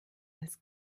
als